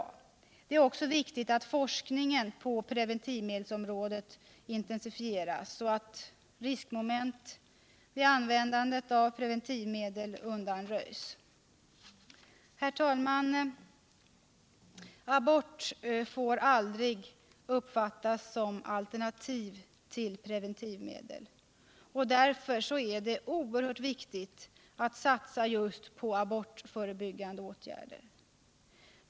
Det är också viktigt att forskningen på preventivmedelsområdet intensifieras, så att riskmomenten vid användande av preventivmedel undanröjs. Herr talman! Abort får aldrig uppfattas som ett alternativ till preventiv medel. Därför är det oerhört viktigt att satsa på abortförebyggande åtgärder.